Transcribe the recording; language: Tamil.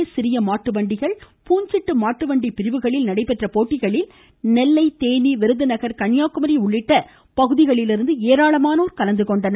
பெரிய சிறிய மாட்டு வண்டிகள் மற்றும் பூஞ்சிட்டு மாட்டுவண்டி பிரிவுகளில் நடைபெற்ற போட்டிகளில் நெல்லை தேனி விருதுநகர் கன்னியாகுமரி உள்ளிட்ட பகுதிகளிலிருந்து ஏராளமானோர் கலந்துகொண்டனர்